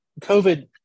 COVID